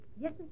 Yes